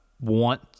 want